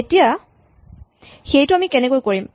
এতিয়া সেইটো আমি কেনেকৈ কৰিম